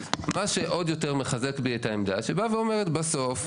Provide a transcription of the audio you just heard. מה שעוד יותר מחזק בי את העמדה שבאה ואומרת בסוף,